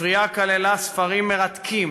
הספרייה כללה ספרים מרתקים